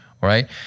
right